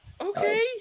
Okay